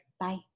Bye